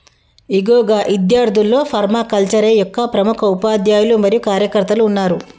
ఇగో గా ఇద్యార్థుల్లో ఫర్మాకల్చరే యొక్క ప్రముఖ ఉపాధ్యాయులు మరియు కార్యకర్తలు ఉన్నారు